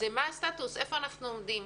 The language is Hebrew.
מה הסטטוס, איפה אנחנו עומדים?